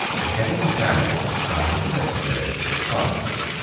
the head of the family at the time of the restoration was francis,